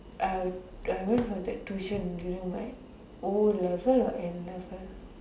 I I went for that tuition during like my O-level or N-level